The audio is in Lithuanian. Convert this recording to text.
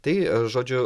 tai žodžiu